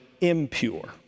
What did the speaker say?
impure